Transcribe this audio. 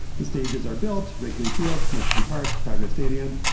the stages are built wrigley field comiskey park chicago stadium.